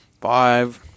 five